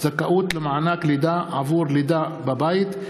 (זכאות למענק לידה עבור לידה בבית),